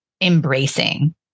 embracing